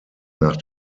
nach